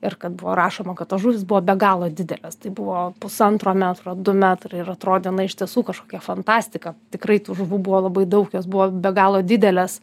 ir kad buvo rašoma kad tos žuvys buvo be galo didelės tai buvo pusantro metro du metrai ir atrodė na iš tiesų kažkokia fantastika tikrai tų žuvų buvo labai daug jos buvo be galo didelės